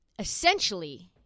Essentially